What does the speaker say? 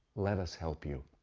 let us help you.